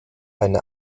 eine